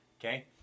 Okay